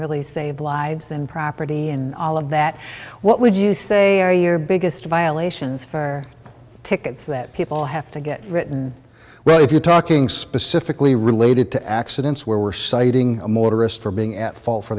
really save lives and property and all of that what would you say are your biggest violations for tickets that people have to get written well if you're talking specifically related to accidents where were citing a motorist for being at fault for